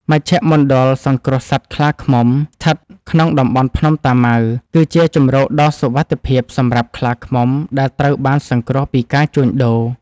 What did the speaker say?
មជ្ឈមណ្ឌលសង្គ្រោះសត្វខ្លាឃ្មុំ ស្ថិតក្នុងតំបន់ភ្នំតាម៉ៅ គឺជាជម្រកដ៏សុវត្ថិភាពសម្រាប់ខ្លាឃ្មុំដែលត្រូវបានសង្គ្រោះពីការជួញដូរ។